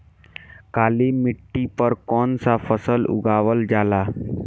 काली मिट्टी पर कौन सा फ़सल उगावल जाला?